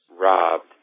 robbed